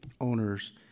owners